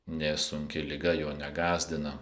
nė sunki liga jo negąsdina